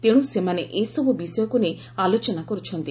ତେଣୁ ସେମାନେ ଏସବୁ ବିଷୟକୁ ନେଇ ଆଲୋଚନା କରୁଛନ୍ତି